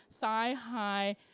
thigh-high